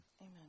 Amen